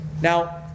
now